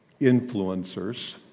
influencers